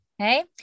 Okay